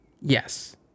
Yes